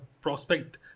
prospect